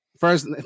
First